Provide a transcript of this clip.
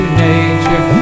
nature